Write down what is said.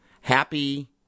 Happy